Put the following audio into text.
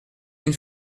une